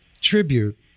tribute